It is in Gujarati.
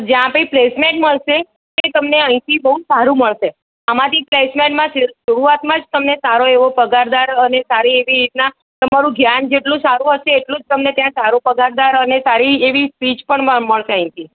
જ્યાં બી પ્લેસમેન્ટ મળશે તે અહીંથી બહુ સારું મળશે આમાંથી પ્લેસમેન્ટમાં શરૂઆતથી જ તમને સારો એવો પગારદાર અને સારી એવી રીતના તમારું ધ્યાન જેટલું સારું હશે એટલો જ ત્યાં સારો પગારદાર અને સારી એવી સ્પિચ પણ તમને મળશે અહીંથી